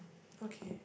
okay